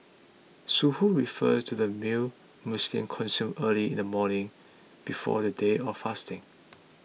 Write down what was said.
Suhoor refers to the meal Muslims consume early in the morning before the day of fasting